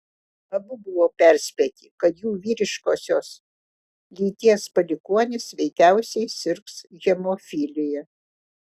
abu buvo perspėti kad jų vyriškosios lyties palikuonis veikiausiai sirgs hemofilija